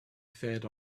fed